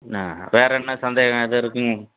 ஆ வேறு என்ன சந்தேகம் எது இருக்குங்க